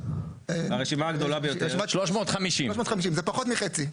הרשימה הגדולה היא עם 350 קולות, פחות מחצי.